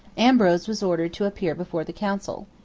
ambrose was ordered to appear before the council.